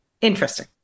interesting